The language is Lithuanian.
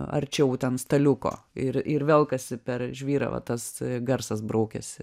arčiau ten staliuko ir ir velkasi per žvyrą va tas garsas braukiasi